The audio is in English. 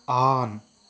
on